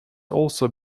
also